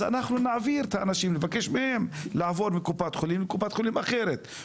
אנחנו נבקש מהאנשים לעבור מקופת חולים כללית לקופת חולים אחרת,